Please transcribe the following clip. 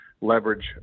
leverage